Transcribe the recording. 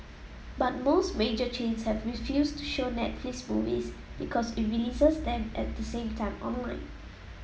but most major chains have refused to show Netflix movies because it releases them at the same time online